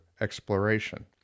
exploration